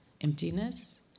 Emptiness